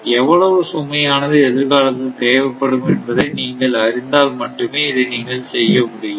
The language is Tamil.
எவ்வளவு சுமையானது எதிர்காலத்தில் தேவைப்படும் என்பதை நீங்கள் அறிந்தால் மட்டுமே இதை நீங்கள் செய்ய முடியும்